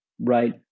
right